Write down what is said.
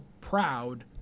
proud